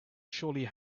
surely